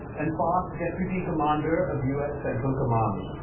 and past deputy commander of us central command.